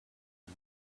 and